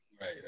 Right